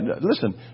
listen